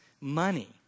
money